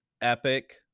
Epic